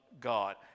God